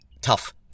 tough